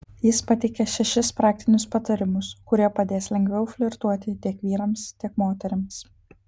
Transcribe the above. jis pateikia šešis praktinius patarimus kurie padės lengviau flirtuoti tiek vyrams tiek moterims